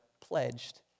pledged